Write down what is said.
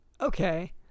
Okay